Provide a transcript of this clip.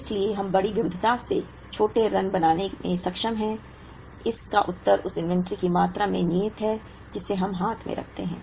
इसलिए हम बड़ी विविधता के छोटे रन बनाने में सक्षम हैं इसका उत्तर उस इन्वेंट्री की मात्रा में निहित है जिसे हम हाथ में रखते हैं